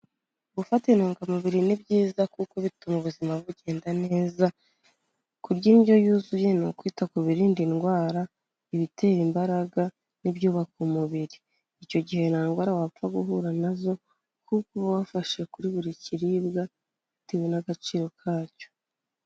Gufata intungamubiri ni byiza kuko bituma ubuzima bugenda neza, kurya indyo yuzuye ni ukwita ku birinda indwara, ibitera imbaraga n'ibyubaka umubiri. Icyo gihe ndwara wapfa guhura na zo kuko uba wafashe kuri buri kiribwa bitewe n'agaciro kacyo.